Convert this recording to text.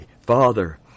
father